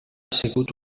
sigut